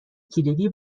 کلیدی